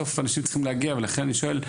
בסוף אנשים צריכים להגיע, ולכן אני שואל,